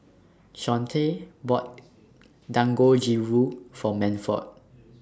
Shawnte bought Dangojiru For Manford